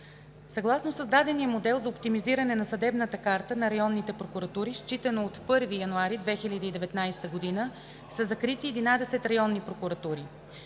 Съгласно създадения модел за оптимизиране на съдебната карта на районните прокуратури, считано от 1 януари 2019 г., са закрити 11 районни прокуратури.